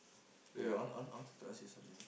wait wait I want I wanted to ask you something